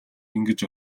ингэж